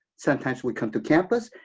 sometimes we come to campus.